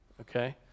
okay